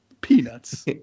Peanuts